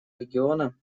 региона